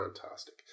fantastic